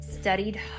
studied